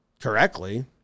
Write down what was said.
correctly